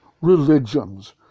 religions